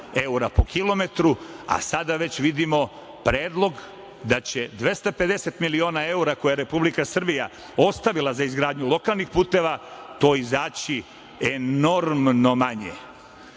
evra po kilometru, a sada već vidimo predlog da će 250 miliona evra koje je Republika Srbija ostavila za izgradnju lokalnih puteva, to izaći enormno manje. Još